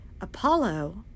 Apollo